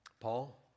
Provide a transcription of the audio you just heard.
Paul